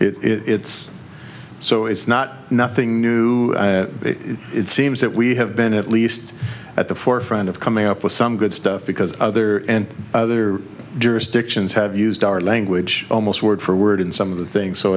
it's so it's not nothing new it seems that we have been at least at the forefront of coming up with some good stuff because other and other jurisdictions have used our language almost word for word in some of the things so